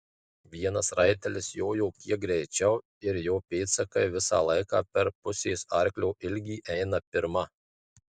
vienas raitelis jojo kiek greičiau ir jo pėdsakai visą laiką per pusės arklio ilgį eina pirma